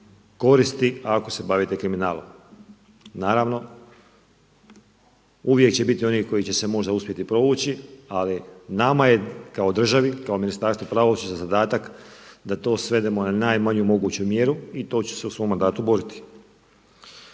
koristi ako se bavite kriminalom. Naravno uvijek će biti onih koji će se možda uspjeti provući ali nama je kao državi, kao Ministarstvu pravosuđa zadatak da to svedemo na najmanju moguću mjeru i to ću se u svom mandatu boriti.